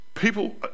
people